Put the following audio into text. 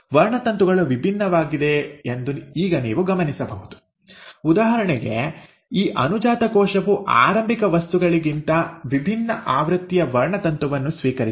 ವರ್ಣತಂತುಗಳು ವಿಭಿನ್ನವಾಗಿವೆ ಎಂದು ಈಗ ನೀವು ಗಮನಿಸಬಹುದು ಉದಾಹರಣೆಗೆ ಈ ಅನುಜಾತ ಕೋಶವು ಆರಂಭಿಕ ವಸ್ತುಗಳಿಗಿಂತ ವಿಭಿನ್ನ ಆವೃತ್ತಿಯ ವರ್ಣತಂತುವನ್ನು ಸ್ವೀಕರಿಸಿದೆ